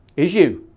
is you.